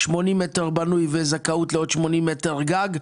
80 מטר בנוי וזכאות לעוד 80 מטר גג,